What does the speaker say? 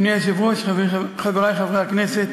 אדוני היושב-ראש, חברי חברי הכנסת,